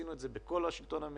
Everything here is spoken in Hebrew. עשינו את זה בכל השלטון המקומי.